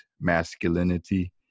masculinity